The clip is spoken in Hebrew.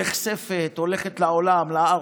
נחשפת, הולכת לעולם, לארץ.